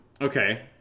Okay